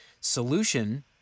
solution